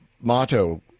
motto